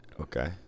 Okay